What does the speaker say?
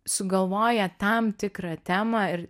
sugalvoję tam tikrą temą ir